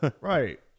Right